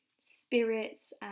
spirits